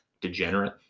degenerate